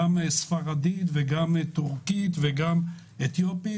גם ספרדית וגם טורקית וגם אמהרית,